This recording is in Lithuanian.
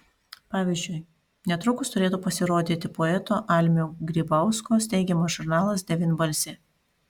pavyzdžiui netrukus turėtų pasirodyti poeto almio grybausko steigiamas žurnalas devynbalsė